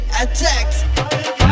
attacked